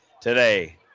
today